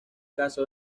caso